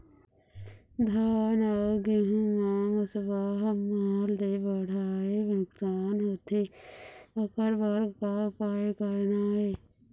धान अउ गेहूं म मुसवा हमन ले बड़हाए नुकसान होथे ओकर बर का उपाय करना ये?